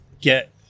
get